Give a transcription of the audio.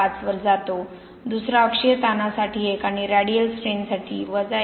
5 वर जातो दुसरा अक्षीय ताणासाठी 1 आणि रेडियल स्ट्रेनसाठी 1